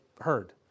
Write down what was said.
heard